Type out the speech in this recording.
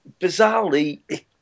Bizarrely